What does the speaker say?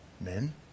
Men